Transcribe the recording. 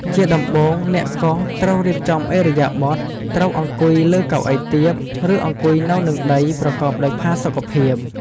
ជាដំបូងអ្នកកោសត្រូវរៀបចំឥរិយាបថ ត្រូវអង្គុយលើកៅអីទាប ឬ អង្គុយនៅនឹងដីប្រកបដោយផាសុកភាព។